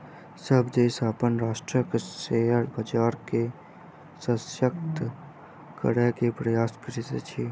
सभ देश अपन राष्ट्रक शेयर बजार के शशक्त करै के प्रयास करैत अछि